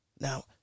Now